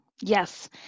Yes